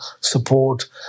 support